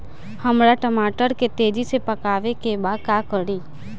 हमरा टमाटर के तेजी से पकावे के बा का करि?